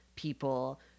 people